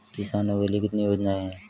किसानों के लिए कितनी योजनाएं हैं?